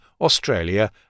Australia